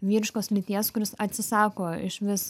vyriškos lyties kuris atsisako išvis